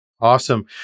Awesome